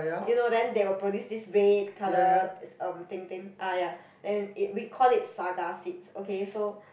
you know then they will produce this red colour is um thing thing ah ya then it we call it saga seeds okay so